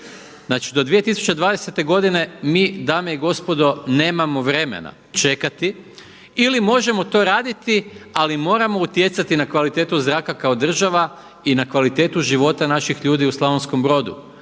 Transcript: Znači do 2020. godine mi dame i gospodo nemamo vremena čekati, ili možemo to raditi ali moramo utjecati na kvalitetu zraka kao država i na kvalitetu života naših ljudi u Slavonskom Brodu.